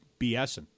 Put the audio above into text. BSing